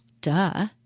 duh